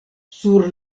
sur